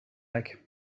like